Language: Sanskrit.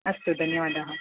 अस्तु धन्यवादाः